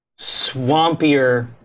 swampier